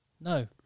No